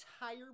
entire